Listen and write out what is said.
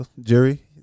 Jerry